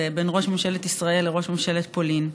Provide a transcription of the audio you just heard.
בין ראש ממשלת ישראל לראש ממשלת פולין,